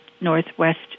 Northwest